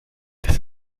this